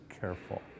careful